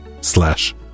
slash